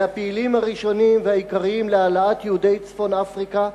מהפעילים הראשונים והעיקריים להעלאת יהודי צפון-אפריקה.